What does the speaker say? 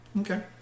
Okay